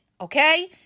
okay